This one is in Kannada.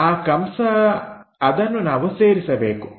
ಆ ಕಂಸ ಅದನ್ನು ನಾವು ಸೇರಿಸಬೇಕು